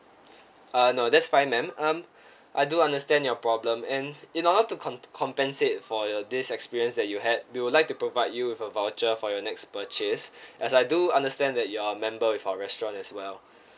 uh no that's fine ma'am um I do understand your problem and in order to com~ compensate for this experience that you had we would like to provide you with a voucher for your next purchase as I do understand that you're a member with our restaurant as well